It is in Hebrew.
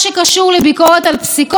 ממי אני יכולה ללמוד?